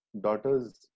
daughters